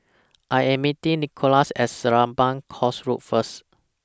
I Am meeting Nickolas At Serapong Course Road First